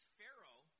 Pharaoh